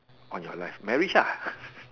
on your left marriage lah